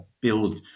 build